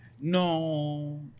No